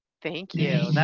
thank you,